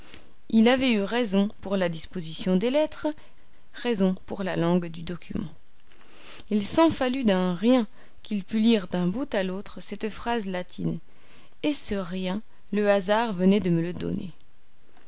il avait eu raison pour la disposition des lettres raison pour la langue du document il s'en fallut d'un rien qu'il pût lire d'un bout à l'autre cette phrase latine et ce rien le hasard venait de me le donner